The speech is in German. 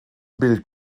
bild